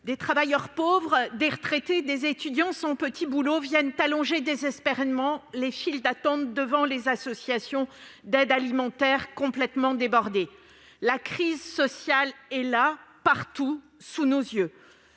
des travailleurs pauvres, des retraités, des étudiants sans petit boulot viennent allonger désespérément les files d'attente devant les associations d'aide alimentaire, complètement débordées. La crise sociale est là, partout, sous nos yeux.